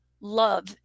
love